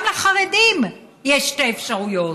גם לחרדים יש שתי אפשרויות: